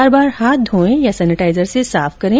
बार बार हाथ धोएं या सेनेटाइजर से साफ करें